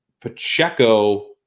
Pacheco